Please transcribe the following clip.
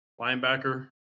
linebacker